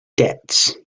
debts